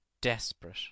desperate